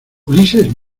ulises